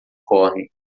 correm